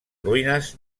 ruïnes